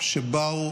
שבאו